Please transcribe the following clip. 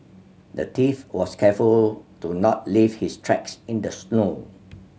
the thief was careful to not leave his tracks in the snow